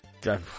God